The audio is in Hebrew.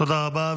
תודה רבה.